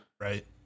right